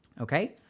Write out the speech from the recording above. Okay